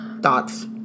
thoughts